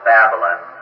Babylon